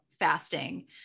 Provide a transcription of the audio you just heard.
fasting